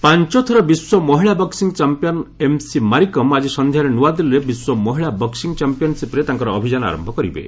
boxing ପାଞ୍ଚ ଥର ବିଶ୍ୱ ମହିଳା ବକ୍କିଂ ଚାମ୍ପିୟନ୍ ଏମ୍ସି ମାରିକମ୍ ଆକି ସନ୍ଧ୍ୟାରେ ନୂଆଦିଲ୍ଲୀରେ ବିଶ୍ୱ ମହିଳା ବକ୍ୱିଂ ଚାମ୍ପିୟନ୍ସିପ୍ରେ ତାଙ୍କର ଅଭିଯାନ ଆରମ୍ଭ କରିବେ